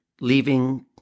leaving